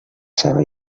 ceba